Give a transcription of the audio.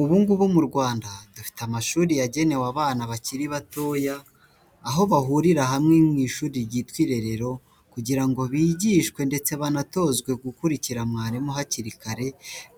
Ubu ngubu mu Rwanda, dufite amashuri yagenewe abana bakiri batoya, aho bahurira hamwe mu ishuri ryitwa irerero kugira ngo bigishwe ndetse banatozwe gukurikira mwarimu hakiri kare,